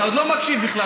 אתה עוד לא מקשיב בכלל.